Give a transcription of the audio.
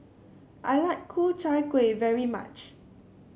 I like Ku Chai Kuih very much